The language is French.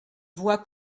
voit